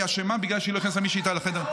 שהיא אשמה בגלל שלא נכנסה איתה מישהי לחדר.